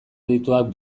adituak